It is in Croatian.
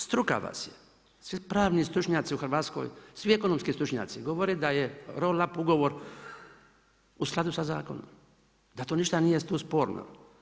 Struka vas je, svi pravni stručnjaci u Hrvatskoj, svi ekonomski stručnjaci govore da je roll up ugovor u skladu sa zakonom da to ništa nije tu sporno.